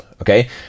okay